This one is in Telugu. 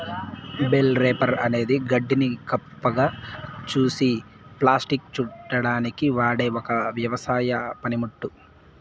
బేల్ రేపర్ అనేది గడ్డిని కుప్పగా చేసి ప్లాస్టిక్లో చుట్టడానికి వాడె ఒక వ్యవసాయ పనిముట్టు